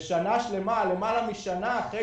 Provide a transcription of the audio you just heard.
ולמעלה משנה שלמה אחרי